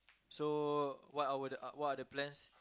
so what our are what are the plans